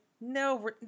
no